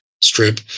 strip